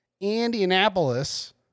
Indianapolis